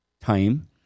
time